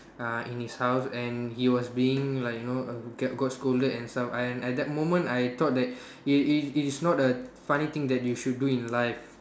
uh in his house and he was being like you know uh get got scolded and stuff and at that moment I thought that it it it is not a funny thing that you should do in life